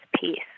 peace